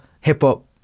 hip-hop